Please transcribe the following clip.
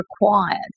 required